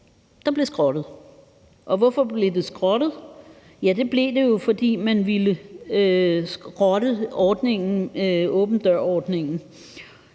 der blev skrottet. Og hvorfor blev det skrottet? Ja, det blev det jo, fordi man ville skrotte åben dør-ordningen.